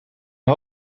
hun